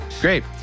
great